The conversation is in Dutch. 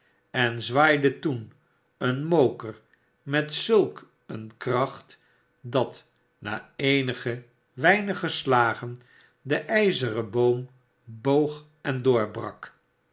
en zwaaide toen een moker met zulk eene kracht dat na eenige weinige slagen de ijzeren boom boog en doorbrak